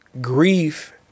grief